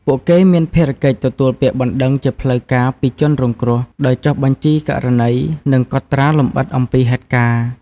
ពួកគេមានភារកិច្ចទទួលពាក្យបណ្ដឹងជាផ្លូវការពីជនរងគ្រោះ ដោយចុះបញ្ជីករណី និងកត់ត្រាលម្អិតអំពីហេតុការណ៍។